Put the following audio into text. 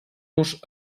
los